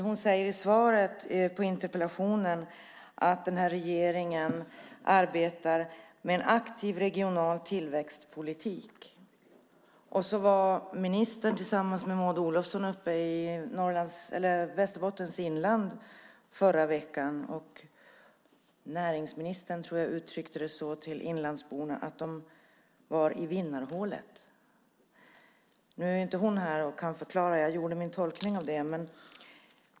Hon säger i svaret på interpellationen att den här regeringen arbetar med en aktiv regional tillväxtpolitik. Och så var ministern tillsammans med Maud Olofsson uppe i Västerbottens inland förra veckan. Näringsministern tror jag uttryckte det så till inlandsborna att de var i vinnarhålet. Nu är hon inte här och kan förklara. Jag gjorde min tolkning av det.